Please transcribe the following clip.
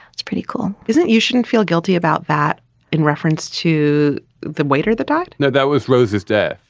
it's pretty cool isn't. you shouldn't feel guilty about that in reference to the waiter that i. you know that was rose's death.